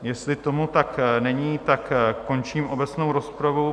Jestli tomu tak není, končím obecnou rozpravu.